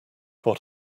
what